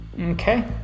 Okay